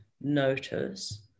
notice